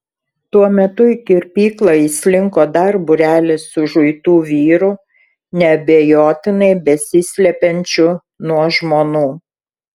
tuo metu į kirpyklą įslinko dar būrelis užuitų vyrų neabejotinai besislepiančių nuo žmonų